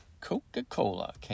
Coca-Cola